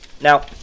Now